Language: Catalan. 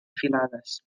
filades